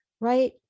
Right